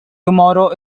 tomorrow